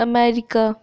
America